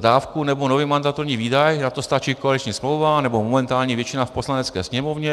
dávku nebo nový mandatorní výdaj, na to stačí koaliční smlouva nebo momentální většina v Poslanecké sněmovně.